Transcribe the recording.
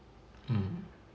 mm